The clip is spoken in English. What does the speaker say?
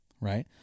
right